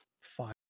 five